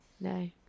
No